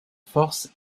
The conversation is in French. forces